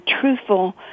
truthful